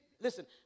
listen